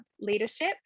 leadership